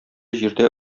җирдә